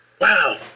Wow